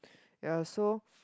ya so